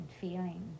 feeling